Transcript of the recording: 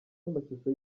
amashusho